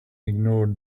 ignored